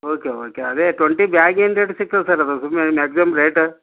okay okay ಅದೇ twenty ಬ್ಯಾಗಿಂದು ಹಿಡ್ದು ಸಿಗ್ತದೆ ಸರ್ ಅದು ಸುಮ್ಮನೆ ಮ್ಯಾಕ್ಸಿಮಮ್ ರೇಟ